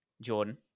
Jordan